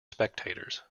spectators